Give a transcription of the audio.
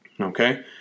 Okay